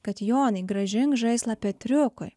kad jonai grąžink žaislą petriukui